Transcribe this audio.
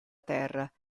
terra